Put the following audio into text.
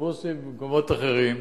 באוטובוסים ובמקומות אחרים,